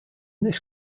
this